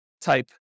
type